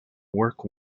work